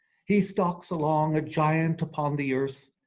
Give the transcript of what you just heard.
he stalks along, a giant upon the earth,